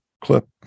clip